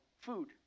food